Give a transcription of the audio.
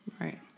right